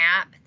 app